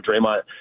Draymond